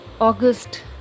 August